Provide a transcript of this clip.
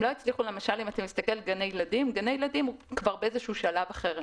למשל אם אתה מסתכל על גני ילדים גני ילדים כבר באיזשהו שלב אחר,